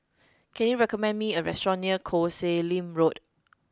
can you recommend me a restaurant near Koh Sek Lim Road